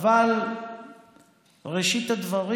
אבל ראשית הדברים,